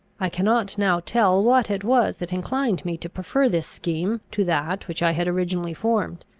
i cannot now tell what it was that inclined me to prefer this scheme to that which i had originally formed.